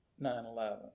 9/11